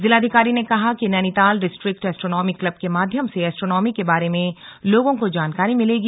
जिलाधिकारी ने कहा कि नैनीताल डिस्ट्रिक्ट एस्ट्रोनॉमी क्लब के माध्यम से एस्ट्रोनॉमी के बारे में लोगों को जानकारी मिलेगी